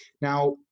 Now